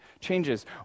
changes